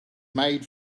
made